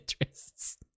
interests